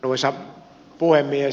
arvoisa puhemies